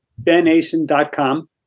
benason.com